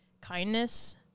kindness